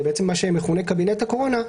זה בעצם מה שמכונה קבינט הקורונה,